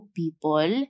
people